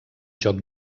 joc